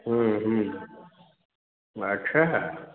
अच्छा है